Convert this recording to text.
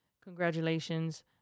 Congratulations